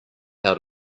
how